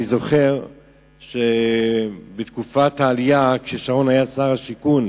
אני זוכר שבתקופת העלייה, כששרון היה שר השיכון,